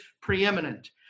preeminent